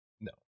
No